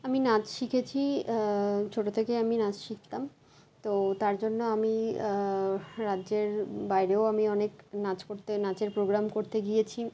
আমি নাচ শিখেছি ছোটো থেকেই আমি নাচ শিখতাম তো তার জন্য আমি রাজ্যের বাইরেও আমি অনেক নাচ করতে নাচের প্রোগ্রাম করতে গিয়েছি